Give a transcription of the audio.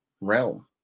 realm